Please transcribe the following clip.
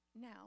now